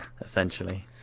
essentially